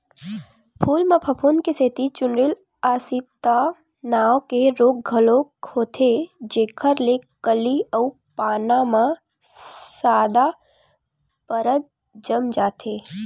फूल म फफूंद के सेती चूर्निल आसिता नांव के रोग घलोक होथे जेखर ले कली अउ पाना म सादा परत जम जाथे